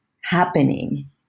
happening